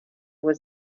was